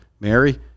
Mary